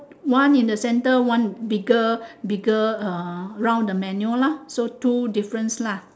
one in the centre one bigger bigger uh around the manual lah